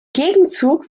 gegenzug